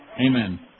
Amen